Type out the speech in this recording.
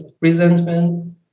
resentment